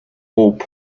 old